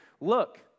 look